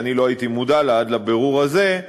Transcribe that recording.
שלא הייתי מודע לה עד לבירור הזה,